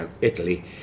Italy